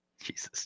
Jesus